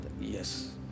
Yes